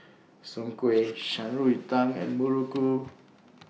Soon Kuih Shan Rui Tang and Muruku